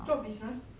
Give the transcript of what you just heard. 做 business